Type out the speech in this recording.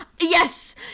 yes